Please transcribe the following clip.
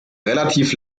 relativ